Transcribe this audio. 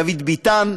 דוד ביטן,